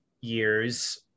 years